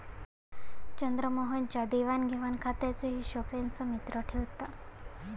चंद्रमोहन च्या देवाण घेवाण खात्याचो हिशोब त्याचो मित्र ठेवता